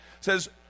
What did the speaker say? says